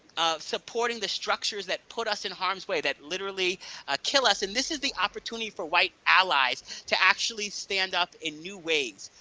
of supporting the structures that put us in harm's way, that literally ah kill us. and this is the opportunity for white allies to actually stand up in new ways.